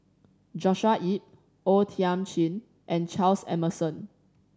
Joshua Ip O Thiam Chin and Charles Emmerson